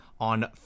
on